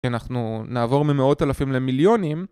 שאנחנו נעבור ממאות אלפים למיליונים.